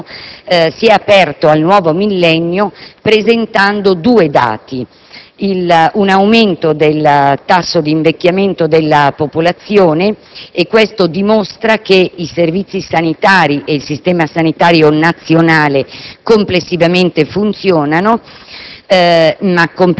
Il nostro Paese dal punto di vista sanitario si è aperto al nuovo millennio presentando due dati. Il primo è un aumento del tasso d'invecchiamento della popolazione, il che dimostra come i servizi sanitari e il Sistema sanitario nazionale